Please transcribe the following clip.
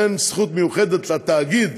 אין זכות מיוחדת לתאגיד,